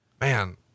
Man